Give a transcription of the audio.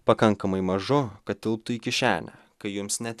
pakankamai mažu kad tilptų į kišenę kai jums net